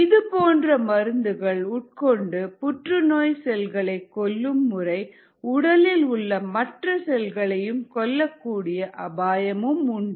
இது போன்ற மருந்துகள் உட்கொண்டு புற்றுநோய் செல்களை கொல்லும் முறை உடலில் உள்ள மற்ற செல்களையும் கொல்லக் கூடிய அபாயமும் உண்டு